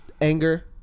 anger